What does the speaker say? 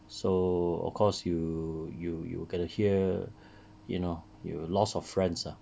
so of course you you you get to hear you know loss of friends ah